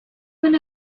when